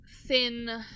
thin